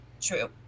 true